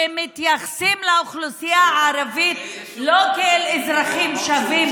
שמתייחסים לאוכלוסייה הערבית לא כאל אזרחים שווים,